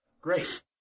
great